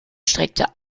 streckte